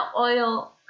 oil